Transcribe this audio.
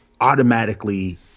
automatically